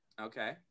Okay